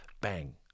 bang